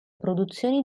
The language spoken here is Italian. produzioni